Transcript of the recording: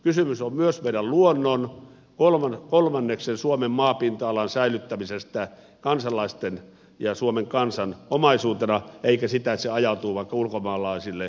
kysymys on myös meidän luonnon kolmanneksen suomen maapinta alasta säilyttämisestä kansalaisten ja suomen kansan omaisuutena eikä pidä olla niin että se ajautuu vaikka ulkomaalaisille isänmaan partureille